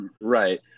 right